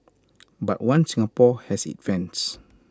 but One Singapore has its fans